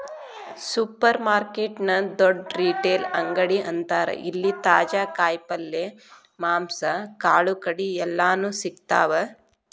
supermarket ನ ದೊಡ್ಡ retail ಅಂಗಡಿ ಅಂತಾರ ಇಲ್ಲಿ ತಾಜಾ ಕಾಯಿ ಪಲ್ಯ, ಮಾಂಸ, ಕಾಳುಕಡಿ ಎಲ್ಲಾನೂ ಸಿಗ್ತಾವ